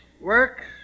works